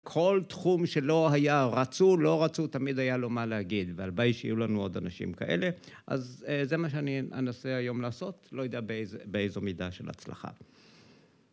כל תחום שלא היה, רצו, לא רצו, תמיד היה לו מה להגיד והלוואי שיהיו לנו עוד אנשים כאלה. אז זה מה שאני אנסה היום לעשות, לא יודע באיזו מידה של הצלחה.